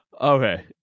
Okay